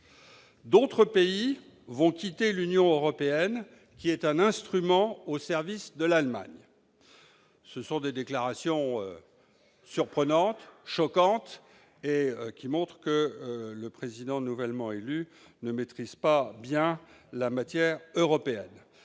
d'autres pays vont quitter l'Union européenne », qui est « un instrument au service de l'Allemagne ». Ces déclarations surprenantes, choquantes, montrent que le président des États-Unis nouvellement élu ne maîtrise pas bien la matière européenne.